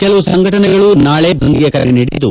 ಕೆಲವು ಸಂಘಟನೆಗಳು ನಾಳಿ ಬಂದ್ ಗೆ ಕರೆ ನೀಡಿದ್ದು